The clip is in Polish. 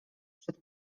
przed